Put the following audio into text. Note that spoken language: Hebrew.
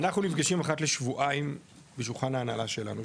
אנחנו נפגשים אחת לשבועיים בשולחן ההנהלה שלנו,